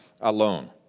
alone